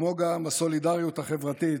כמו גם הסולידריות החברתית,